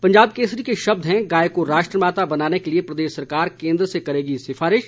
पंजाब केसरी के शब्द हैं गाय को राष्ट्रमाता बनाने के लिए प्रदेश सरकार केंद्र से करेगी सिफारिश